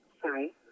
Sorry